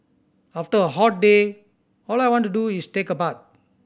after a hot day all I want to do is take a bath